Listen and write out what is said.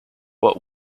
but